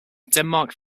denmark